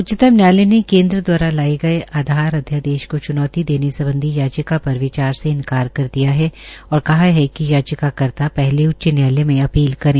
उच्चतम न्यायालय ने केन्द्र द्वारा लाए गये आधार अध्यादेश को च्नौती देने सम्बधी याचिका पर विचार से इन्कार कर दिया है और कहा कि याचिकाकर्ता पहले उच्च न्यायालय में अपील करें